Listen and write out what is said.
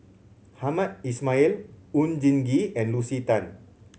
Hamed Ismail Oon Jin Gee and Lucy Tan